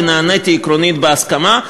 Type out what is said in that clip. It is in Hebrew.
ונעניתי עקרונית בהסכמה,